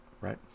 Right